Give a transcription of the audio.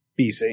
BC